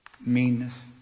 meanness